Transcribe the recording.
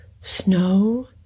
snow